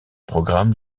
programme